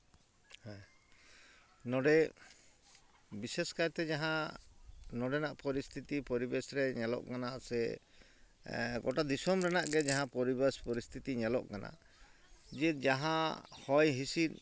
ᱦᱮᱸ ᱱᱚᱰᱮ ᱵᱤᱥᱮᱥ ᱠᱟᱭᱛᱮ ᱡᱟᱦᱟᱸ ᱱᱚᱰᱮᱱᱟᱜ ᱯᱚᱨᱤᱥᱛᱷᱤᱛᱤ ᱯᱚᱨᱤᱵᱮᱥ ᱨᱮ ᱧᱮᱞᱚᱜ ᱠᱟᱱᱟ ᱥᱮ ᱜᱚᱴᱟ ᱫᱤᱥᱚᱢ ᱨᱮᱱᱟᱜ ᱜᱮ ᱡᱟᱦᱟᱸ ᱯᱚᱨᱤᱵᱮᱥ ᱯᱚᱨᱤᱥᱛᱷᱤᱛᱤ ᱧᱮᱞᱚᱜ ᱠᱟᱱᱟ ᱡᱮ ᱡᱟᱦᱟᱸ ᱦᱚᱭ ᱦᱤᱸᱥᱤᱫ